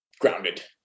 grounded